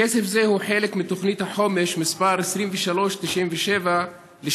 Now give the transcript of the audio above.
כסף זה הוא חלק מתוכנית החומש מס' 2397 לשנת